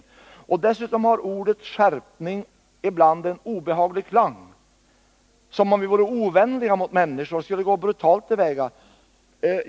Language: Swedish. Dessutom har ordet skärpning ibland en obehaglig klang, som om vi vore ovänliga mot människor och skulle gå brutalt till väga.